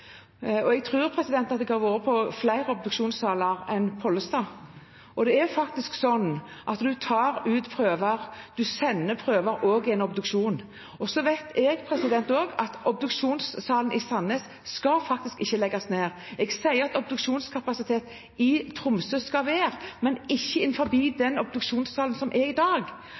Jeg tror at jeg har vært på flere obduksjonssaler enn Pollestad, og det er faktisk sånn at en tar ut prøver, en sender prøver også ved en obduksjon. Og jeg vet også at obduksjonssalen i Sandnes skal faktisk ikke legges ned. Jeg sier at obduksjonskapasitet i Tromsø skal det være, men ikke i den obduksjonssalen som en har i dag.